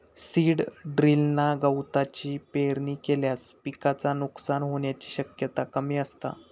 seed ड्रिलना गवाची पेरणी केल्यास पिकाचा नुकसान होण्याची शक्यता कमी असता